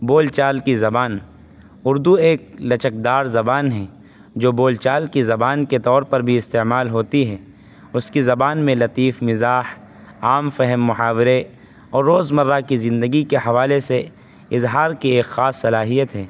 بول چال کی زبان اردو ایک لچک دار زبان ہیں جو بول چال کی زبان کے طور پر بھی استعمال ہوتی ہے اس کی زبان میں لطیف مزاح عام فہم محاورے اور روز مرہ کی زندگی کے حوالے سے اظہار کی ایک خاص صلاحیت ہے